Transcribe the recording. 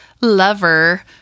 lover